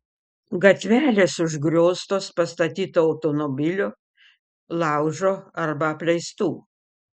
gatvelės užgrioztos pastatytų automobilių laužo arba apleistų